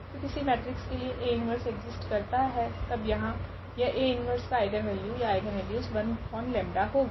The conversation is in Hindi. तो किसी मेट्रिक्स के यदि A 1 एक्जिस्ट करता है तब यहाँ यह A 1 का आइगनवेल्यू या आइगनवेल्यूस 1 𝜆 होगी